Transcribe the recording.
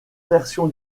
versions